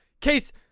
Case